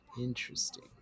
Interesting